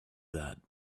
that